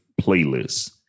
playlist